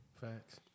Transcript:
Facts